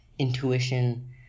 Intuition